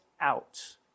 out